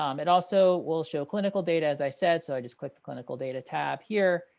um it also will show clinical data, as i said, so i just click the clinical data tab here.